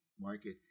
market